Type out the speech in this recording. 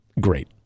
great